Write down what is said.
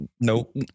Nope